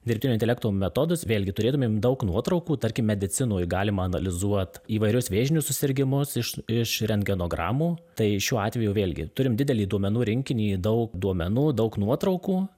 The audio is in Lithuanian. dirbtinio intelekto metodus vėlgi turėtumėm daug nuotraukų tarkim medicinoj galima analizuot įvairius vėžinius susirgimus iš iš rentgenogramų tai šiuo atveju vėlgi turim didelį duomenų rinkinį daug duomenų daug nuotraukų